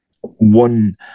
one